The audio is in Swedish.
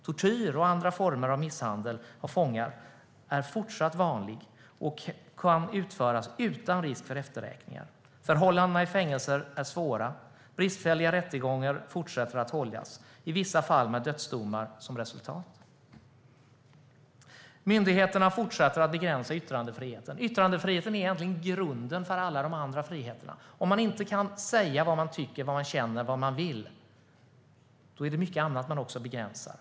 Tortyr och andra former av misshandel av fångar var fortsatt vanligt och kunde utföras utan risk för efterräkningar; förhållandena i fängelserna var svåra. Bristfälliga rättegångar fortsatte att hållas, i vissa fall med dödsdomar som resultat." Myndigheterna fortsätter att begränsa yttrandefriheten, som egentligen är grunden för alla de andra friheterna. Om man inte kan säga vad man tycker, känner och vill är det mycket annat man också begränsar.